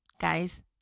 Guys